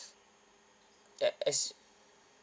that as